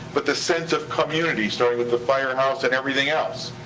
but the sense of community, starting with the fire and house and everything else,